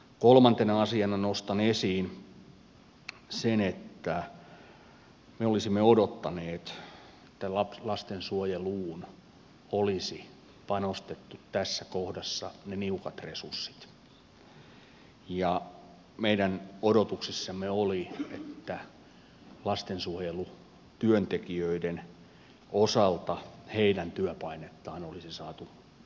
kolmantena asiana nostan esiin sen että me olisimme odottaneet että lastensuojeluun olisi panostettu tässä kohdassa ne niukat resurssit ja meidän odotuksissamme oli että lastensuojelutyöntekijöiden osalta heidän työpainettaan olisi saatu vähennettyä